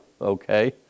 okay